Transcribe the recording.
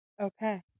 Okay